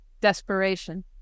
Desperation